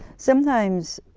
sometimes